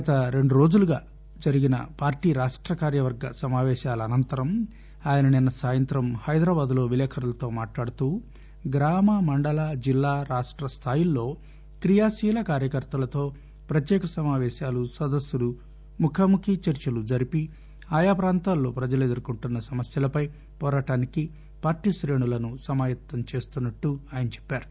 గత రెండు రోజులుగా జరిగిన పార్లీ రాష్ట కార్యవర్గ సమాపేశాలనంతరం ఆయన నిన్న సాయంత్రం హైదరాబాద్ లో విలేకర్లతో మాట్లాడుతూ గ్రామ మండల జిల్లారాష్ట స్దాయిల్లో క్రియాశీల కార్యకర్తలతో ప్రత్యేక సమాపేశాలు సదస్సులు ముఖాముఖి చర్చలు జరిపి ఆయా ప్రాంతాల్లో ప్రజలు ఎదుర్కొంటున్స సమస్యలపై పోరాటానికి పార్టీ శ్రేణులను సమాయత్తం చేస్తున్నట్లు ఆయన చెప్పారు